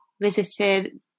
visited